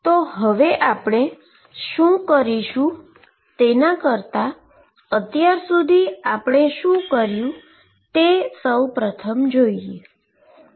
તો હવે આપણે શું કરીશ તેના કરતા અત્યાર સુધી આપણે શુ કર્યુ એ જોઈએ